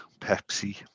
Pepsi